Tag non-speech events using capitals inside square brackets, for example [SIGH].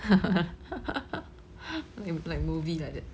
[LAUGHS] like like movie like that